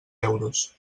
euros